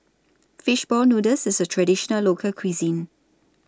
Fish Ball Noodles IS A Traditional Local Cuisine